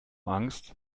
angst